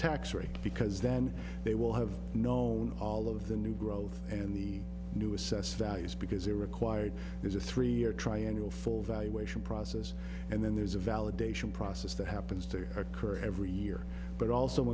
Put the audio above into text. tax rate because then they will have known all of the new growth and the new assessed values because they're required there's a three year triangle full valuation process and then there's a validation process that happens to occur every year but also